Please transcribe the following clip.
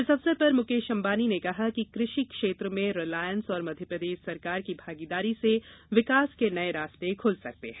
इस अवसर मुकेश अंबानी ने कहा कि कृषि क्षेत्र में रिलायंस और मध्यप्रदेश सरकार की भागीदारी से विकास के नये रास्ते खुल सकते हैं